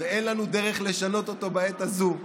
ואין לנו דרך לשנות אותו בעת הזאת.